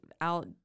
out